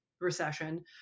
recession